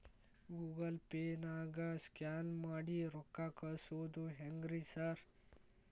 Google ಪೇನಾಗ scan ಮಾಡಿ ರೊಕ್ಕಾ ಕಳ್ಸೊದು ಹೆಂಗ್ರಿ ಸಾರ್?